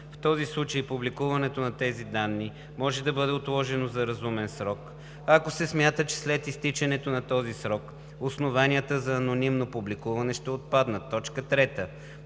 в този случай публикуването на тези данни може да бъде отложено за разумен срок, ако се смята, че след изтичането на този срок основанията за анонимно публикуване ще отпаднат; 3.